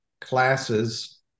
classes